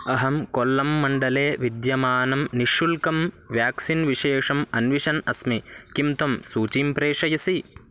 अहं कोल्लं मण्डले विद्यमानं निःशुल्कं व्याक्सिन् विशेषम् अन्विषन् अस्मि किं त्वं सूचीं प्रेषयसि